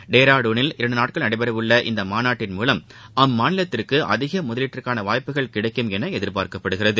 டேராடுனில் இரண்டுநாட்கள் நடைபெறவுள்ள இம்மாநாட்டின் மூலம் அம்மாநிலத்திற்குஅதிகமுதலீட்டிற்கானவாய்ப்புகள் கிடைக்கும் எனஎதிர்பார்க்கப்படுகிறது